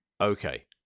Okay